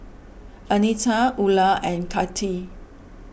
Anita Ula and Kati